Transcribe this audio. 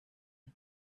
and